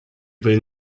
will